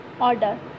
Order